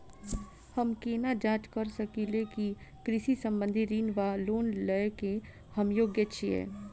हम केना जाँच करऽ सकलिये की कृषि संबंधी ऋण वा लोन लय केँ हम योग्य छीयै?